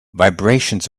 vibrations